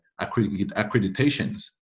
accreditations